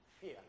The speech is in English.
fear